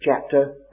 chapter